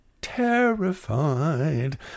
terrified